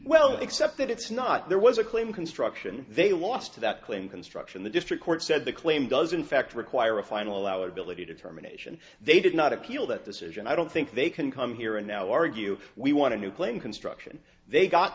well except that it's not there was a claim construction they lost that claim construction the district court said the claim does in fact require a final our ability to terminations they did not appeal that decision i don't think they can come here and now argue we want to new claim construction they got